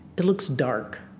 it looks dark.